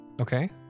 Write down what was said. Okay